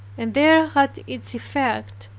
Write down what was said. and there had its effect,